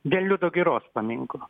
dėl liudo giros paminklo